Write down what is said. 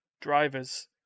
drivers